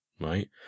right